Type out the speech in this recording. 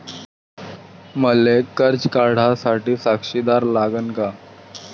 मले कर्ज काढा साठी साक्षीदार लागन का?